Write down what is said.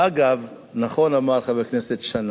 ואגב, נכון אמר חבר הכנסת שנאן,